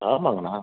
ஆமாங்க அண்ணா